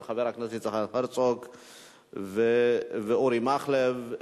של חברי הכנסת יצחק הרצוג ואורי מקלב,